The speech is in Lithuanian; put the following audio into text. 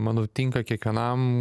manau tinka kiekvienam